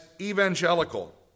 evangelical